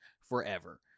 forever